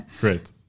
Great